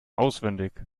auswendig